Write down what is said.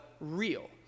real